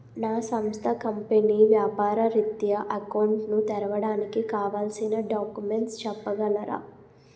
నా సంస్థ కంపెనీ వ్యాపార రిత్య అకౌంట్ ను తెరవడానికి కావాల్సిన డాక్యుమెంట్స్ చెప్పగలరా?